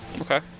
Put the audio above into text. Okay